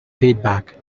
feedback